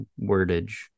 wordage